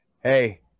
Hey